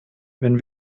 wenn